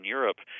Europe